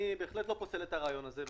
אני בהחלט לא פוסל את הרעיון הזה.